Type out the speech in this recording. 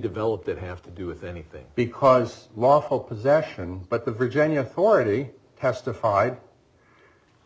develop that have to do with anything because lawful possession but the virginia forty testified